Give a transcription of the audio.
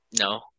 No